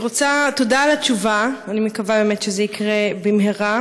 תודה על התשובה, אני מקווה באמת שזה יקרה במהרה.